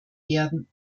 werden